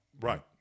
Right